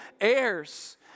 heirs